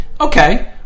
okay